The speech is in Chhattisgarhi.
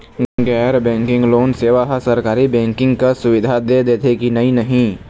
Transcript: गैर बैंकिंग लोन सेवा हा सरकारी बैंकिंग कस सुविधा दे देथे कि नई नहीं?